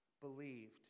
believed